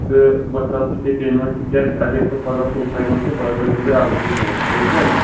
تہٕ بہٕ ترٛاو تۄہہِ تۄہہِ پیمٮ۪نٛٹ تِکیٛازِ اَسہِ گژھِ پگاہ فُل فاینَل تہٕ پگاہ کٔرۍ زیٚو تُہۍ مےٚ اکھ بَجے فون ٹھیٖک چھا حظ